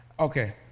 Okay